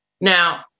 Now